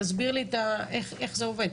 תסביר לי איך זה עובד.